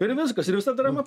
ir viskas ir visa drama